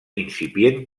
incipient